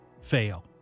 fail